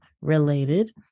related